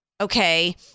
okay